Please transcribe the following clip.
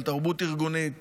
על תרבות ארגונית